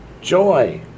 Joy